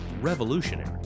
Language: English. revolutionary